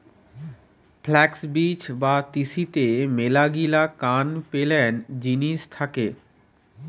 flux বীজ বা তিসিতে মেলাগিলা কান পেলেন জিনিস থাকে